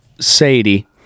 Sadie